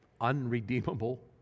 unredeemable